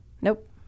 Nope